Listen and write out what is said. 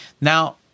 Now